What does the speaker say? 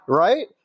right